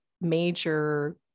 major